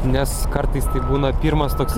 nes kartais tai būna pirmas toksai